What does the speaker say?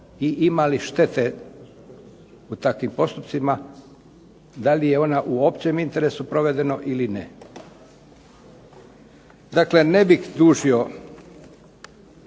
i ima li štete u takvim postupcima, da li je ona u općem interesu provedena ili ne. Dakle, ne bih dužio.